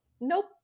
nope